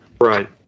Right